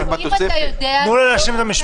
יוכל להגיע במצב